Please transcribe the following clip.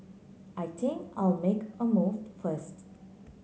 I think I'll make a moved first